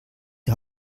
die